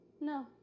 No